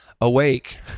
awake